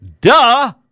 duh